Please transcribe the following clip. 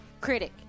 critic